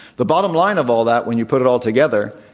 the bottom line of all that, when you put it all t ogether,